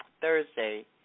Thursday